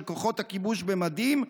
של כוחות הכיבוש במדים,